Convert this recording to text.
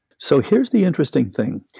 so here's the interesting thing.